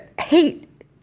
hate